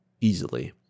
easily